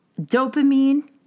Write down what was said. Dopamine